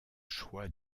choix